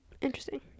interesting